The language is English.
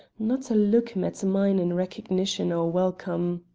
not a look met mine in recognition or welcome.